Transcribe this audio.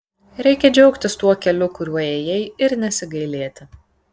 reikia džiaugtis tuo keliu kuriuo ėjai ir nesigailėti